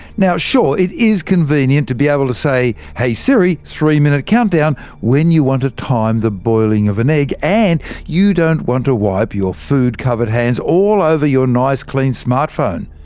now, sure it is convenient to be able to say, hey siri, three-minute countdown when you want to time the boiling of an egg and you don't want to wipe your food-covered hands all over your nice clean smart phone.